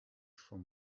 from